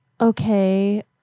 Okay